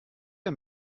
der